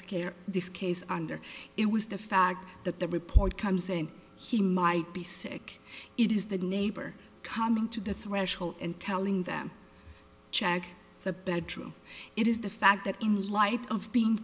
scare this case under it was the fact that the report comes saying he might be sick it is the neighbor coming to the threshold and telling them check the bedroom it is the fact that in light of being